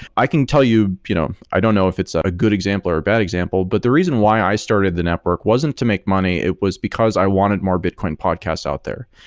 i can tell you you know i don't know if it's a good example or a bad example, but the reason why i started the network wasn't to make money. it was because i wanted more bitcoin podcasts out there,